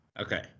Okay